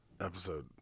episode